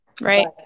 Right